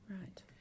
Right